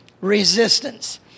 resistance